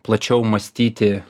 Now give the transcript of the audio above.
plačiau mąstyti